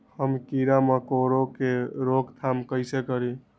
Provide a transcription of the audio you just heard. हम किरा मकोरा के रोक थाम कईसे करी?